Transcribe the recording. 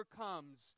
overcomes